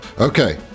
Okay